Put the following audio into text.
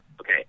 Okay